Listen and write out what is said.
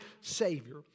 Savior